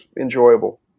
enjoyable